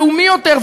לאומי יותר,